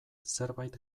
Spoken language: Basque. zerbait